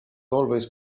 always